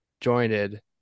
jointed